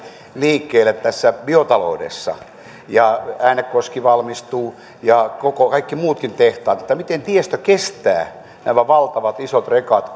liikkeelle tässä biotaloudessa ja äänekoski valmistuu ja kaikki muutkin tehtaat tiestö kestää nämä valtavat isot rekat